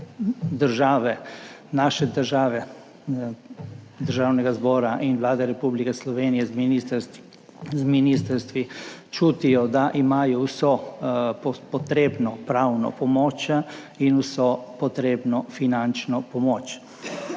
naše države, Državnega zbora in Vlade Republike Slovenije z ministrstvi čutijo, da imajo vso potrebno pravno pomoč in vso potrebno finančno pomoč.